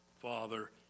Father